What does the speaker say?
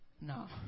No